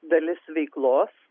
dalis veiklos